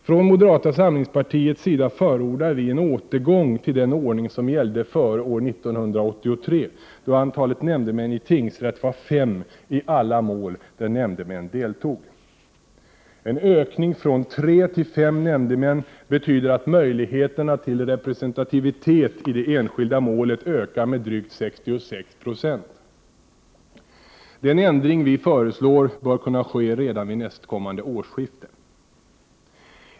Från moderata samlingspartiets sida förordar vi en återgång till den ordning som gällde före år 1983, då antalet nämndemän i tingsrätt var fem i alla mål där nämndemän deltog. En ökning från tre till fem nämndemän betyder att möjligheterna till representativitet i det enskilda målet ökar med drygt 66 20. Den ändring vi föreslår bör kunna ske redan vid kommande årsskifte.